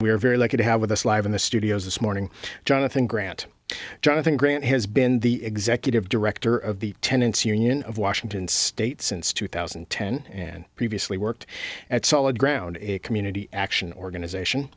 are very lucky to have with us live in the studio this morning jonathan grant jonathan grant has been the executive director of the tenants union of washington state since two thousand and ten and previously worked at solid ground a community action organization